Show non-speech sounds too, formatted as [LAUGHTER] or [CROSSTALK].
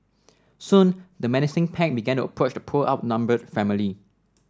[NOISE] soon the menacing pack began to approach the poor outnumbered family